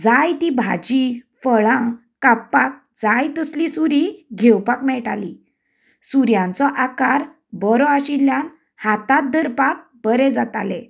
जाय ती भाजी फळां कापपाक जाय तसली सुरी घेवपाक मेळटाली सुरयांचो आकार बरो आशिल्ल्यान हातात धरपाक बरें जातले